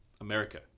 America